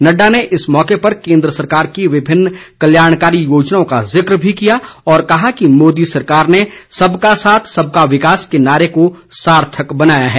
नड़डा ने इस मौके पर केन्द्र सरकार की विभिन्न कल्याणकारी योजनाओं का ज़िक भी किया और कहा कि मोदी सरकार ने सबका साथ सबका विकास के नारे को सार्थक बनाया है